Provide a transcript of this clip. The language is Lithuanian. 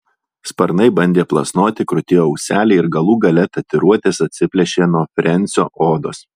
sparnai bandė plasnoti krutėjo ūseliai ir galų gale tatuiruotės atsiplėšė nuo frensio odos